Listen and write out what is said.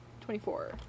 twenty-four